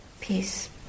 peace